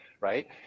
right